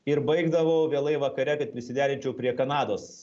ir baigdavau vėlai vakare kad prisiderinčiau prie kanados